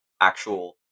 actual